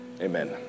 Amen